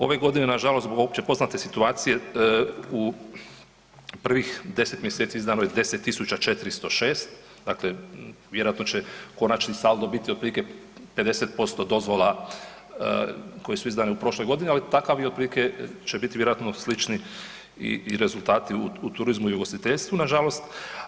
Ove godine nažalost zbog općepoznate situacije u prvih 10. mjeseci izdano je 10406, dakle vjerojatno će konačni saldo biti otprilike 50% dozvola koje su izdane u prošloj godini, ali takav je otprilike, će biti vjerojatno slični i, i rezultati u turizmu i ugostiteljstvu, nažalost.